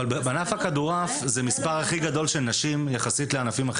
בואו נעשה שלט ונגיד לנשים שהן שוות